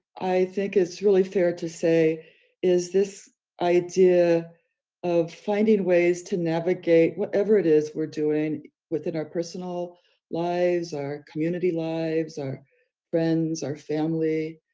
i think it's really fair to say is this idea of finding ways to navigate whatever it is we're doing within our personal lives, our community lives, our friends, our family,